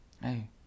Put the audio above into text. hey